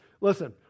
listen